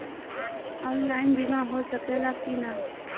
Online बीमा हो सकेला की ना?